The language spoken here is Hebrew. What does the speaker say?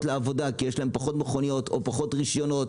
לעבודה בגלל שיש להן פחות מכוניות או פחות רישיונות.